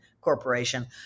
Corporation